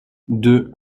deux